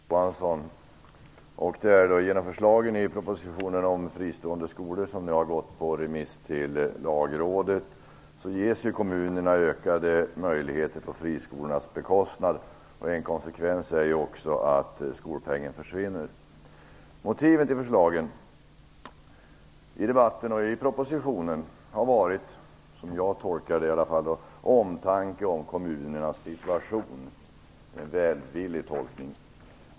Fru talman! Jag vill ställa en fråga till statsrådet Genom förslagen i propositionen om fristående skolor som nu har gått på remiss till Lagrådet ges kommunerna ökade möjligheter, på friskolornas bekostnad. En annan konsekvens är att skolpengen försvinner. Motivet i förslagen, i debatten och i propositionen, har varit omtanke om kommunernas situation. Det är min - välvilliga - tolkning.